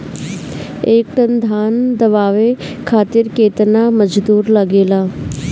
एक टन धान दवावे खातीर केतना मजदुर लागेला?